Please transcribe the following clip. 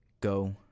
Go